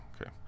Okay